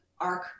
arc